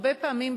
הרבה פעמים,